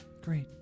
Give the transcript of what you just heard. great